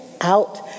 out